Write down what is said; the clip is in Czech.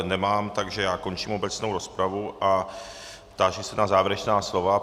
Nemám, takže končím obecnou rozpravu a táži se na závěrečná slova.